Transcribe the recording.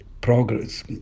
progress